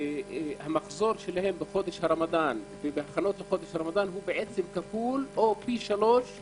המחזור שלהם בחודש הרמדאן ובהכנות אליו הוא כפול או פי שלושה